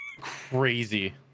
Crazy